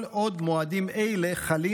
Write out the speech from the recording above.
כל עוד מועדים אלה חלים